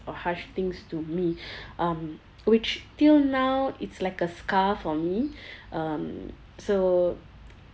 or harsh things to me um which till now it's like a scar for me um so